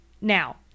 Now